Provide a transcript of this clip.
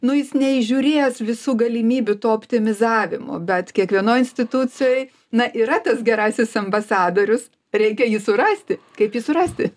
nu jis neįžiūrėjęs visų galimybių to optimizavimo bet kiekvienoj institucijoj na yra tas gerasis ambasadorius reikia jį surasti kaip jį surasti